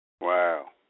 Wow